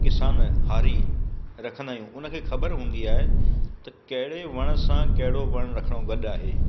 किसान हारी रखंदा आहियूं उन खे ख़बर हूंदी आहे त कहिड़े वण सां कहिड़ो वण रखिणो गॾु आहे